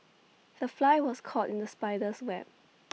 the fly was caught in the spider's web